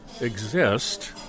exist